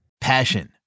Passion